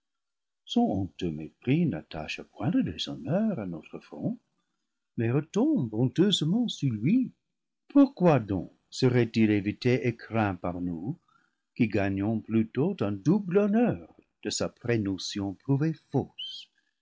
son honteux mépris n'attache point le déshonneur à notre front mais retombe honteusement sur lui pourquoi donc serait-il évité et craint par nous qui gagnons plutôt un double honneur de sa prénotion prouvée fausse